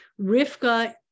Rivka